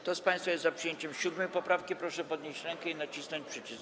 Kto z państwa jest za przyjęciem 7. poprawki, proszę podnieść rękę i nacisnąć przycisk.